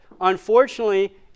unfortunately